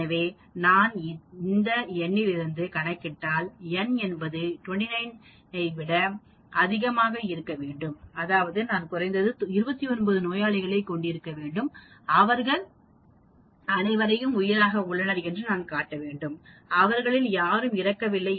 எனவே இதை நான் இந்த n இலிருந்து கணக்கிட்டால் n என்பது 29 ஐ விட அதிகமாக இருக்க வேண்டும்அதாவது நான் குறைந்தது 29 நோயாளிகளைக் கொண்டிருக்க வேண்டும் அவர்கள் அனைவரையும் உயிராக உள்ளனர் என்று காட்ட வேண்டும் அவர்களில் யாரும் இறக்கவில்லை